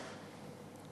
ההצעה להעביר את הנושא